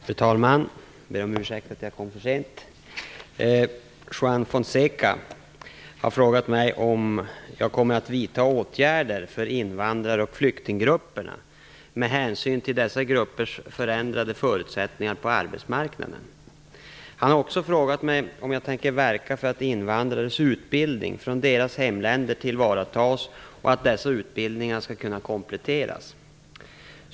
Fru talman! Jag ber om ursäkt för att jag kom för sent. Juan Fonseca har frågat mig om jag kommer att vidta åtgärder för invandrar och flyktinggrupperna med hänsyn till dessa gruppers förändrade förutsättningar på arbetsmarknaden. Han har också frågat mig om jag tänker verka för att invandrares utbildning från deras hemländer tillvaratas och för att dessa utbildningar skall kunna kompletteras.